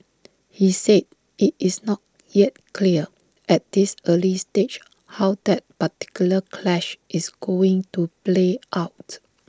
he said IT is not yet clear at this early stage how that particular clash is going to play out